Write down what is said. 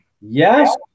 Yes